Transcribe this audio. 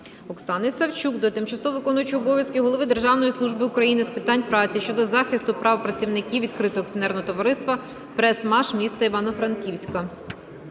Оксани Савчук до тимчасово виконуючого обов'язки Голови Державної служби України з питань праці щодо захисту прав працівників відкритого акціонерного товариства "ПРЕСМАШ" міста Івано-Франківська.